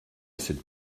cette